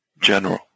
general